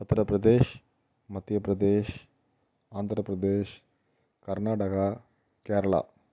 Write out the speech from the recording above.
Uttar Pradesh Madhya Pradesh Andhra Pradesh Karnataka Kerala